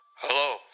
Hello